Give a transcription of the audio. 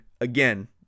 again